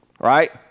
Right